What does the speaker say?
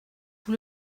vous